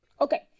okay